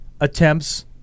attempts